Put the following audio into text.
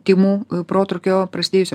tymų protrūkio prasidėjusio